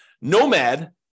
Nomad